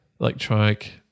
electronic